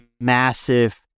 massive